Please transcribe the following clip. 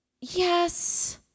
Yes